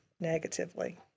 negatively